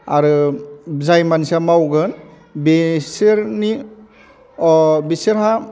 आरो जाय मानसिया मावगोन बेसोरनि बेसोरहा